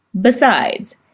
Besides